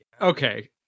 okay